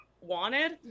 wanted